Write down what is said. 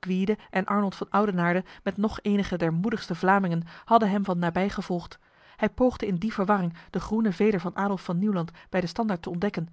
gwyde en arnold van oudenaarde met nog enige der moedigste vlamingen hadden hem van nabij gevolgd hij poogde in die verwarring de groene veder van adolf van nieuwland bij de standaard te ontdekken